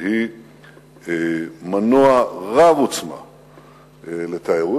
שהיא מנוע רב-עוצמה לתיירות.